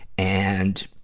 and,